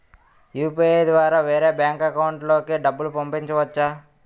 UPI ద్వారా వేరే bank account లోకి డబ్బులు పంపించవచ్చా?